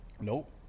Nope